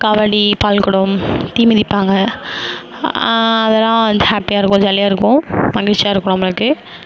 காவடி பால்குடம் தீ மிதிப்பாங்க அதலாம் ஹேப்பியாக இருக்கும் ஜாலியாக இருக்கும் மகிழ்ச்சியாக இருக்கும் நம்மளுக்கு